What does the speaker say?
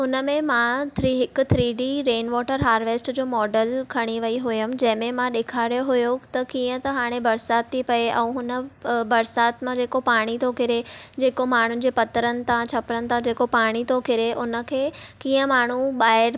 हुन में मां थ्री हिकु three D rain water harvest जो मोडल खणी वई हुयमि जंहिं में मां ॾेखारियो हुयो त कीअं त हाणे बरसात थी पवे ऐं हुन बरसात मां जेको पाणी थो किरे जेको माण्हुनि जे पतरनि तां छ्परनि तां जेको पाणी थो किरे हुन खे कीअं माण्हू ॿाहिर